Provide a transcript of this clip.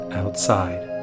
outside